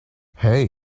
hey